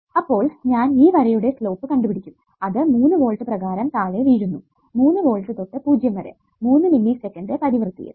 അപ്പോൾ ഞാൻ ഈ വരയുടെ സ്ലോപ്പ് കണ്ടുപിടിക്കും ഇത് 3 വോൾട്ട് പ്രകാരം താഴെ വീഴുന്നു 3 വോൾട്ട് തൊട്ടു പൂജ്യം വരെ 3 മില്ലി സെക്കന്റ് പരിവൃത്തിയിൽ